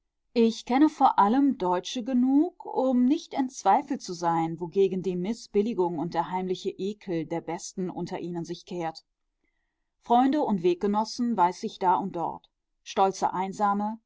ich kenne vor allem deutsche genug um nicht in zweifel zu sein wogegen die mißbilligung und der heimliche ekel der besten unter ihnen sich kehrt freunde und weggenossen weiß ich da und dort stolze einsame